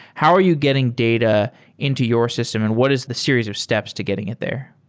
how are you getting data into your system and what is the series of steps to getting it there?